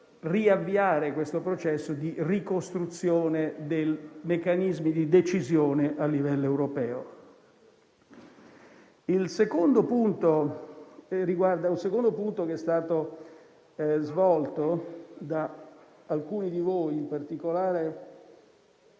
riavviare il processo di ricostruzione dei meccanismi di decisione a livello europeo. Il secondo punto affrontato da alcuni di voi, in particolare